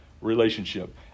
relationship